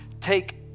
take